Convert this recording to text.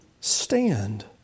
stand